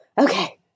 okay